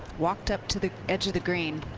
walked up to the edge of the green,